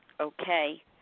Okay